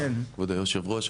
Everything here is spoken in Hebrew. כבוד היושב ראש,